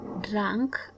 Drunk